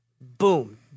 Boom